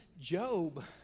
Job